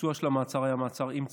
הביצוע של המעצר היה מעצר עם צו.